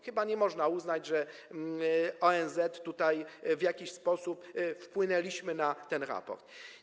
Chyba nie można uznać, że tutaj w jakiś sposób wpłynęliśmy na ten raport.